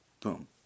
Boom